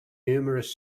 numerous